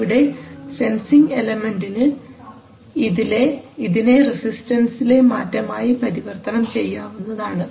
ഇവിടെ സെൻസിംഗ് എലമന്റിനു ഇതിനെ റെസിസ്റ്റൻസ്സിലെ മാറ്റമായി പരിവർത്തനം ചെയ്യാവുന്നതാണ്